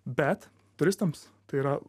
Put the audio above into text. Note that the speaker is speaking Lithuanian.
bet turistams tai yra